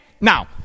now